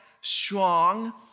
strong